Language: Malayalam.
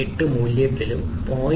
8 മൂല്യത്തിലും 0